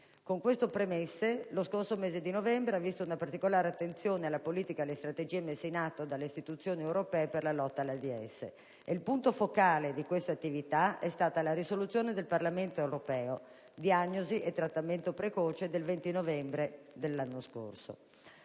Con queste premesse, lo scorso novembre ha visto una particolare attenzione alla politica ed alla strategia messe in atto dalle istituzioni europee per la lotta all'AIDS. Il punto focale di questa attività è stata la «risoluzione del Parlamento europeo sull'HIV/AIDS: diagnosi e trattamento precoce», del 20 novembre dell'anno scorso.